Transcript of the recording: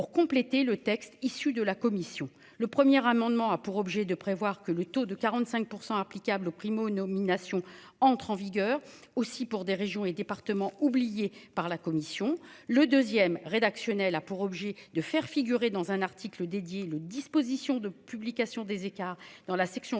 pour compléter le texte issu de la commission. Le premier amendement, a pour objet de prévoir que le taux de 45% applicable aux primo-nomination entre en vigueur aussi pour des régions et départements oublié par la commission, le 2ème rédactionnel a pour objet de faire figurer dans un article dédié le disposition de publication des écarts dans la section relative